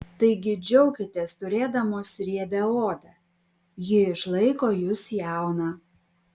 taigi džiaukitės turėdamos riebią odą ji išlaiko jus jauną